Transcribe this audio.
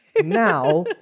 Now